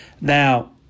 Now